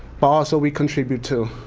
ah so we contribute, too.